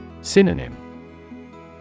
Synonym